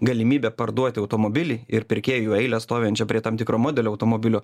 galimybę parduoti automobilį ir pirkėjų eilę stovinčią prie tam tikro modelio automobilio